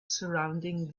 surrounding